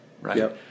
right